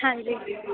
ਹਾਂਜੀ